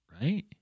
right